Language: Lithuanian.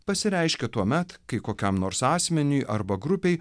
pasireiškia tuomet kai kokiam nors asmeniui arba grupei